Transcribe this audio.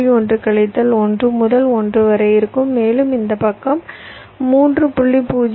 1 கழித்தல் 1 முதல் 1 வரை இருக்கும் மேலும் இந்த பக்கம் 3